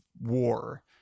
war